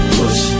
push